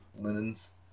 linens